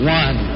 one